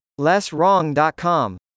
LessWrong.com